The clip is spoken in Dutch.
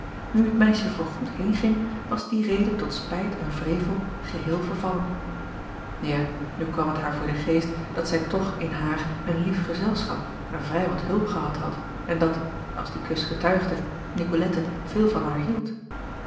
nu het meisje voorgoed heenging was die reden tot spijt en wrevel geheel vervallen ja nu kwam het haar voor den acob van ennep laasje evenster delen geest dat zij toch in haar een lief gezelschap en vrij wat hulp gehad had en dat als die kus getuigde icolette veel van haar hield